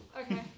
Okay